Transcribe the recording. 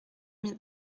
mille